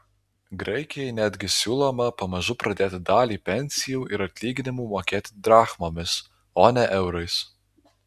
graikijai netgi siūloma pamažu pradėti dalį pensijų ir atlyginimų mokėti drachmomis o ne eurais